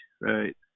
right